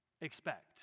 expect